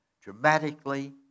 dramatically